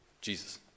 jesus